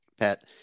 Pat